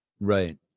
Right